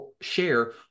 share